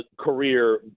career